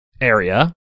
area